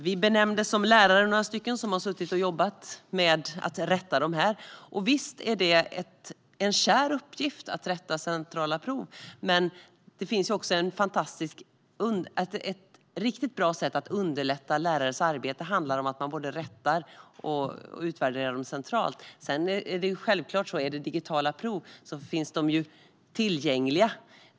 Vi benämndes som lärare, några stycken som har suttit och jobbat med att rätta prov, och visst är det en kär uppgift att rätta centrala prov. Där finns ett riktigt bra sätt att underlätta lärarnas arbete. Det handlar om att man både rättar och utvärderar proven centralt. Digitala prov finns självklart tillgängliga.